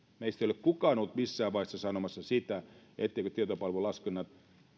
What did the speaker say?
meistä ei ole kukaan ollut missään vaiheessa sanomassa sitä etteivätkö tietopalvelulaskennat